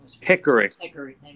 Hickory